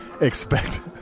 expect